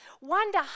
wonder